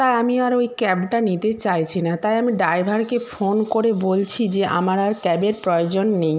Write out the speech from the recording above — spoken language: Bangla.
তাই আমি আর ওই ক্যাবটা নিতে চাইছি না তাই আমি ড্রাইভারকে ফোন করে বলছি যে আমার আর ক্যাবের প্রয়োজন নেই